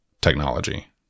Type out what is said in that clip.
technology